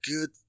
good